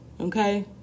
okay